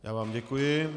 Já vám děkuji.